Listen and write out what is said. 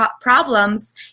problems